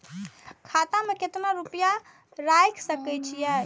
खाता में केतना रूपया रैख सके छी?